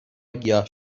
گیاه